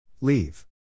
Leave